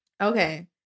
Okay